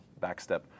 backstep